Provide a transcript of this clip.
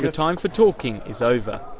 time for talking is over.